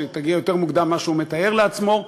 שתגיע יותר מוקדם ממה שהוא מתאר לעצמו,